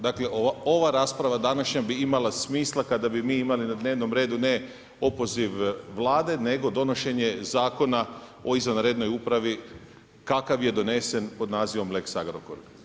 Dakle, ova rasprava današnja bi imala smisla kada bi mi imali na dnevnom redu ne opoziv Vlade, nego donošenje Zakona o izvanrednoj upravi kakav je donesen pod nazivom Lex Agrokor.